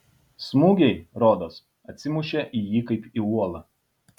smūgiai rodos atsimušė į jį kaip į uolą